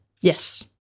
Yes